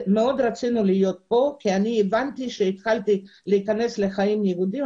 מאוד רצינו להיות כאן כי אני הבנתי עת התחלתי להיכנס לחיים היהודים,